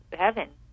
heaven